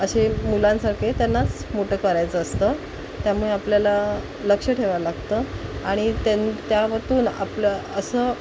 अशे मुलांसारखे त्यांनाच मोटं करायचं असतं त्यामुळे आपल्याला लक्ष ठेवा लागतं आणि त्यांून आपलं असं